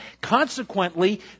consequently